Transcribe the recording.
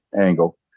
angle